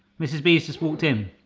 mrs. b has just walked in.